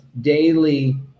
daily